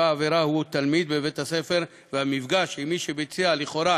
העבירה הוא תלמיד בבית-הספר והמפגש עם מי שביצע לכאורה